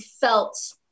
felt